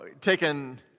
taken